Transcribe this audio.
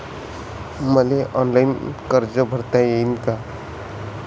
मले ऑनलाईन कर्ज भरता येईन का?